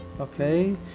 Okay